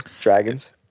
Dragons